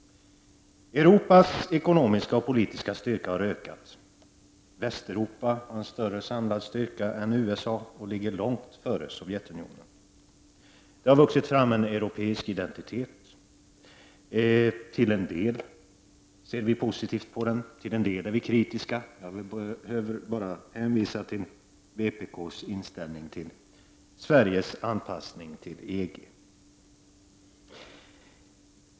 Europas ekonomiska och politiska styrka har ökat. Västeuropa har en större samlad styrka än USA och ligger långt före Sovjetunionen. Det har vuxit fram en europeisk identitet. Till en del ser vi positivt på den, till en del är vi kritiska. Jag behöver bara hänvisa till vpk:s inställning till Sveriges anpassning till EG.